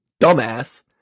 dumbass